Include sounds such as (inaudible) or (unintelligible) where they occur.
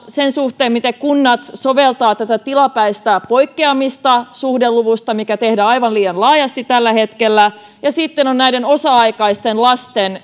sen suhteen miten kunnat soveltavat tätä tilapäistä poikkeamista suhdeluvusta mitä tehdään aivan liian laajasti tällä hetkellä ja sitten on näiden osa aikaisten lasten (unintelligible)